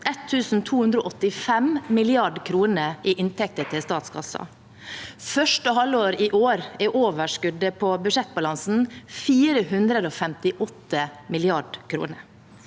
1 285 mrd. kr i inntekter til statskassen. Første halvår i år er overskuddet på budsjettbalansen 458 mrd. kr.